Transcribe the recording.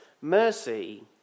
Mercy